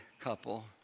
couple